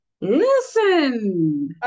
listen